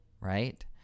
right